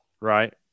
right